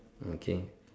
okay